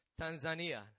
Tanzania